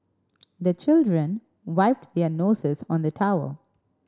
the children wipe their noses on the towel